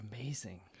amazing